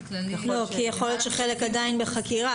כי יכול להיות שחלק עדיין בחקירה,